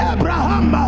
Abraham